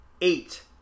eight